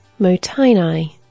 motainai